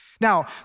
Now